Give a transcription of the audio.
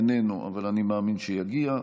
איננו, אבל אני מאמין שיגיע.